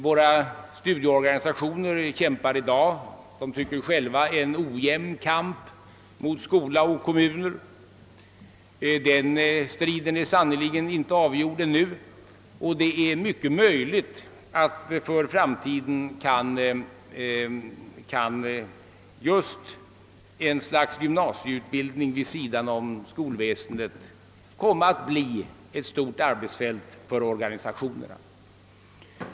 Våra studieorganisationer för i dag en som de själva tycker ojämn kamp mot skola och kommuner. Den striden är sannerligen inte avgjord ännu, och det är mycket möjligt att i framtiden en gymnasieutbildning vid sidan av skolväsendet kan komma att bli ett stort arbetsfält för organisationerna.